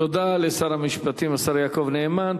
תודה לשר המשפטים השר יעקב נאמן,